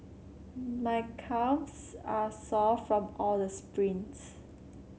my calves are sore from all the sprints